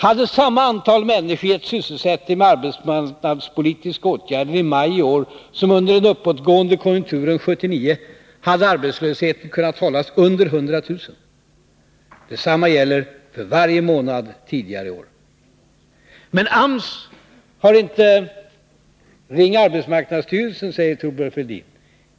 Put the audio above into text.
Hade samma antal människor givits sysselsättning genom arbetsmarknadspolitiska åtgärder i maj i år som under den uppåtgående konjunkturen 1979, hade arbetslösheten kunnat hållas under 100 000. Detsamma gäller för varje månad tidigare i år. Ring arbetsmarknadsstyrelsen, säger Thorbjörn Fälldin.